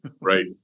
right